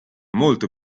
molto